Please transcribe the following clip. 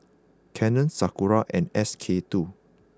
Canon Sakura and S K two